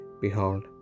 Behold